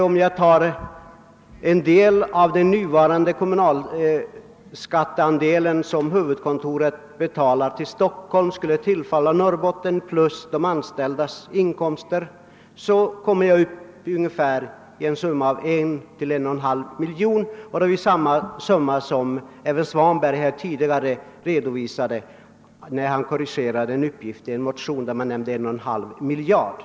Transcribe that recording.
Om jag utgår från att en del av den nuvarande kommunalskatteandelen som huvudkontoret betalar till Stockholm skulle tillfalla Norrbotten och därtill lägger skatten på de anställdas inkomster blir summan 1—41,5 miljoner kronor, d.v.s. samma belopp som herr Svanberg tidigare redovisade, när han korrigerade en motion där det nämnts 1,5 miljarder.